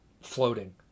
floating